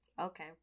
Okay